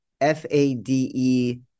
F-A-D-E